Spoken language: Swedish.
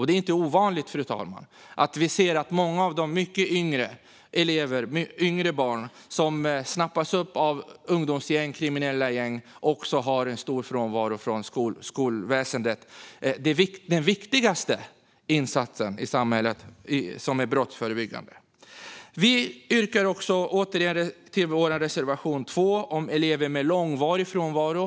Det är inte ovanligt att många av de yngre barn som snappas upp av ungdomsgäng och kriminella gäng också har stor skolfrånvaro. Därför är detta en viktig brottsförebyggande insats. Jag yrkar åter bifall till vår reservation, nr 2, om elever med långvarig frånvaro.